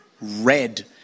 red